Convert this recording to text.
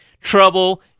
trouble